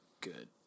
good